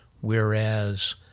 whereas